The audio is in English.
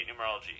numerology